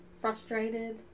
frustrated